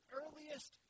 earliest